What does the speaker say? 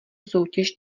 soutěž